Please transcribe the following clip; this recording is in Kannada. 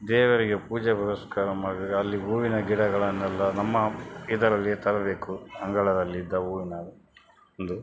ದೇವರಿಗೆ ಪೂಜೆಗೋಸ್ಕರ ಮಾಡಿದರೆ ಅಲ್ಲಿ ಹೂವಿನ ಗಿಡಗಳನ್ನೆಲ್ಲ ನಮ್ಮ ಇದರಲ್ಲಿ ತರಬೇಕು ಅಂಗಳದಲ್ಲಿದ್ದ ಹೂವಿನ ಒಂದು